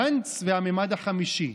גנץ והמימד החמישי,